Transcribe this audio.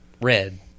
red